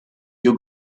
you